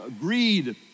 greed